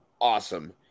awesome